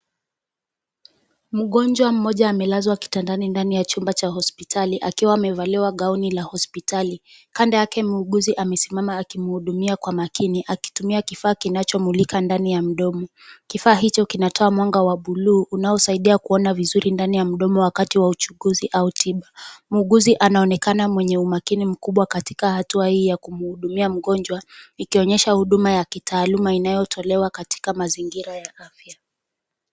Mgonjwa mmoja amelazwa kitandani ndani ya chumba cha hospitali akiwa amevaliwa gauni la hospitali, kando yake muuguzi amesimama kando yake akimhudumia kwa makini akitumia kifaa kinachomulika ndani ya mdomo, kifaa hicho kinatoa mwanga wa buluu unaosaidia kuona ndani ya mdomo wakati wa uchunguzi au tiba muuguzi anaonekana mwenye umakini mkubwa katika hatua hii ya kumhudumia mgonjwa ikionyesha huduma ya kitaaluma inayotolewa katika mazingira ya afya.